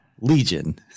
legion